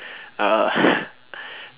uh